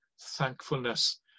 thankfulness